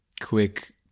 quick